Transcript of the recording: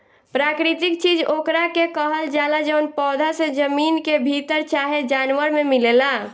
प्राकृतिक चीज ओकरा के कहल जाला जवन पौधा से, जमीन के भीतर चाहे जानवर मे मिलेला